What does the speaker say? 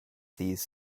these